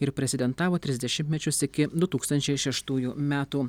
ir prezidentavo tris dešimtmečius iki du tūkstančiai šeštųjų metų